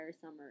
summer